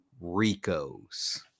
Rico's